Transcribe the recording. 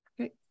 Okay